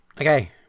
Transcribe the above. Okay